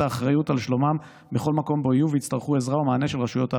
האחריות לשלומם בכל מקום שבו יהיו ויצטרכו עזרה או מענה של רשויות האכיפה.